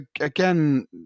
again